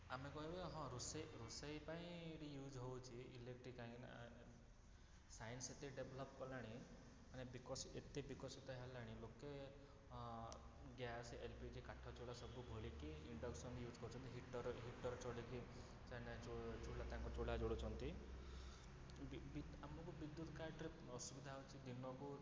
ଆମେ କହିବୁ ହଁ ରୋଷେଇ ରୋଷେଇ ପାଇଁ ବି ୟୁଜ୍ ହଉଛି ଇଲେକ୍ଟ୍ରିକ୍ କାହିଁକିନା ସାଇନ୍ସ ଏତେ ଡେଭଲପ୍ କଲାଣି ମାନେ ବିକଶି ଏତେ ବିକଶିତ ହେଲାଣି ଲୋକେ ଗ୍ୟାସ୍ ଏଲପିଜି କାଠ ଚୁଲା ସବୁ ଭୁଲିକି ଇଲେକ୍ଟ୍ରିକ୍ ଇଂଡକ୍ସନ ୟୁଜ୍ କରୁଛନ୍ତି ହିଟର ହିଟର ଚଲେଇକି ଚାଇନା ଚୁ ଚୁଲା ତାଙ୍କ ଚୁଲା ଜଳାଉଛନ୍ତି ବି ବି ଆମକୁ ବିଦ୍ୟୁତ୍ କାଟରେ ଅସୁବିଧା ହଉଛି ଦିନକୁ